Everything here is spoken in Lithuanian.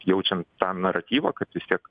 jaučiant tą naratyvą kad vis tiek